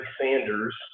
Sanders